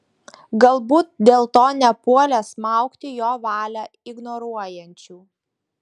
galbūt dėl to nepuolė smaugti jo valią ignoruojančių